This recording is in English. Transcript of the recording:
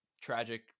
tragic